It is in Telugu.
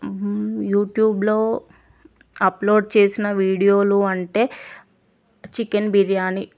యూట్యూబ్లో అప్లోడ్ చేసిన వీడియోలు అంటే చికెన్ బిరియాని